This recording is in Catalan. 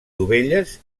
dovelles